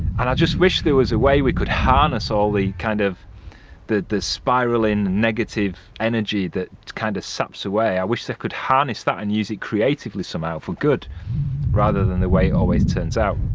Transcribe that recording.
and i just wish there was a way we could harness all the kind of the the spiraling negative energy that kind of saps away, i wish there could harness that and usually creatively somehow for good rather than the way always turns out